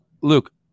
Luke